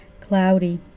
Cloudy